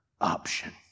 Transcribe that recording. option